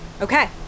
Okay